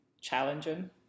challenging